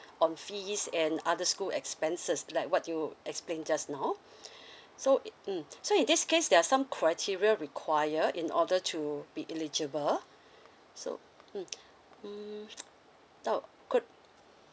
on fees and other school expenses like what you explained just now so it mm so in this case there are some criteria required in order to be eligible so mm mm now could